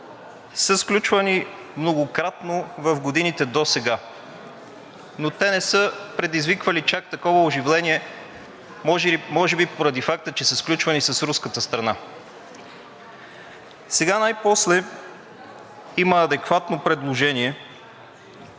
са сключвани многократно в годините досега, но те не са предизвиквали чак такова оживление – може би поради факта, че са сключвани с руската страна. Сега най-после има адекватно предложение.